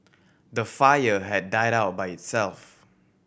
the fire had died out by itself